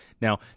Now